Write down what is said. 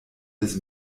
des